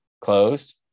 closed